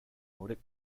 nordic